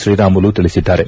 ಶ್ರೀರಾಮುಲು ತಿಳಿಸಿದ್ದಾರೆ